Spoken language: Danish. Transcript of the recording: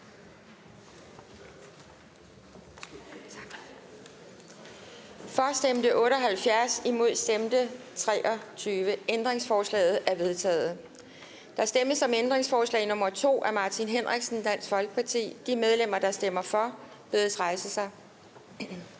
for eller imod stemte 0. Ændringsforslaget er vedtaget. Der stemmes om ændringsforslag nr. 2 af Martin Henriksen (DF). De medlemmer, der stemmer for, bedes rejse sig.